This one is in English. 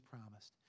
promised